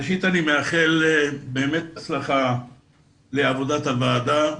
ראשית, אני מאחל הצלחה לעבודת הוועדה.